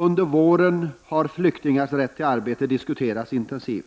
Under våren har flyktingars rätt till arbete diskuterats intensivt.